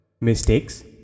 Mistakes